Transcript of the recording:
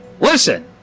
listen